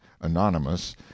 anonymous